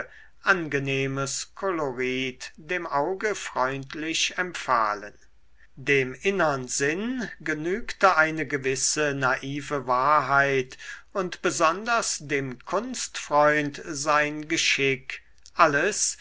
angenehmes kolorit dem auge freundlich empfahlen dem innern sinn genügte eine gewisse naive wahrheit und besonders dem kunstfreund sein geschick alles